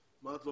מה את לומדת?